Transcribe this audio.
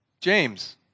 James